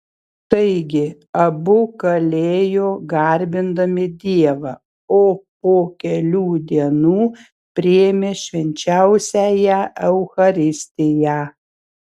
taigi abu kalėjo garbindami dievą o po kelių dienų priėmė švenčiausiąją eucharistiją